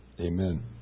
Amen